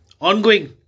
ongoing